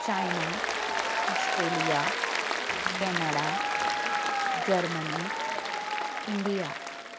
China Australia Canada Germany India